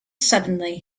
suddenly